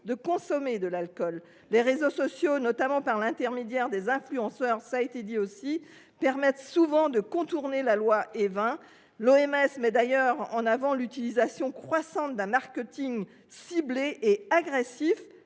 de consommer de l’alcool. Les réseaux sociaux, notamment par l’intermédiaire des influenceurs, permettent souvent de contourner la loi Évin. L’OMS souligne d’ailleurs l’utilisation croissante d’un marketing ciblé et agressif